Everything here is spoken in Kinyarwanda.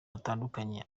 batandukanye